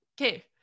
Okay